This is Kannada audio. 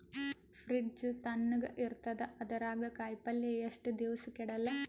ಫ್ರಿಡ್ಜ್ ತಣಗ ಇರತದ, ಅದರಾಗ ಕಾಯಿಪಲ್ಯ ಎಷ್ಟ ದಿವ್ಸ ಕೆಡಲ್ಲ?